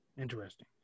Interesting